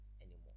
anymore